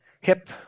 hip